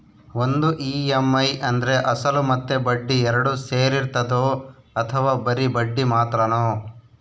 ಒಂದು ಇ.ಎಮ್.ಐ ಅಂದ್ರೆ ಅಸಲು ಮತ್ತೆ ಬಡ್ಡಿ ಎರಡು ಸೇರಿರ್ತದೋ ಅಥವಾ ಬರಿ ಬಡ್ಡಿ ಮಾತ್ರನೋ?